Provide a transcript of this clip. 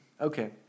Okay